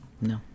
no